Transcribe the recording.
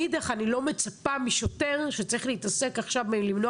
מאידך אני לא מצפה משוטר שצריך להתעסק עכשיו במניעת